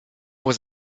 was